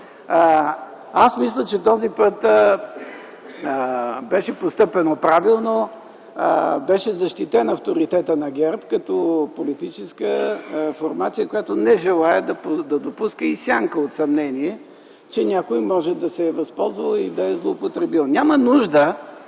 Мисля, че този път беше постъпено правилно. Беше защитен авторитетът на ГЕРБ като политическа формация, която не желае да допуска и сянка от съмнение, че някой може да се е възползвал и да е злоупотребил. Няма нужда